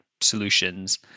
solutions